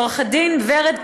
לעו"ד ורד קירו,